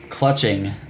Clutching